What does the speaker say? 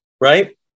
right